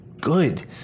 good